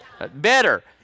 Better